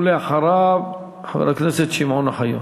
ואחריו, חבר הכנסת שמעון אוחיון,